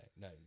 No